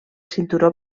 cinturó